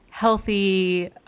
healthy